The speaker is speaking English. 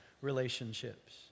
relationships